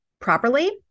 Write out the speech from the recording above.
properly